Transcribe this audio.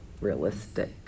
realistic